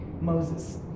Moses